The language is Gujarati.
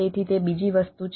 તેથી તે બીજી વસ્તુ છે